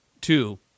Two